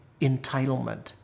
entitlement